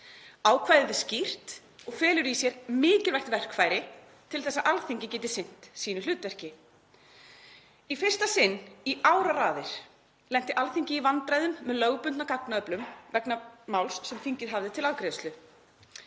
Ákvæðið er skýrt og felur í sér mikilvægt verkfæri til þess að Alþingi geti sinnt sínu hlutverki. Í fyrsta sinn í áraraðir lenti Alþingi í vandræðum með lögbundna gagnaöflun vegna máls sem þingið hafði til afgreiðslu.